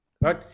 Right